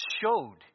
showed